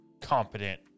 competent